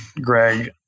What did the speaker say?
Greg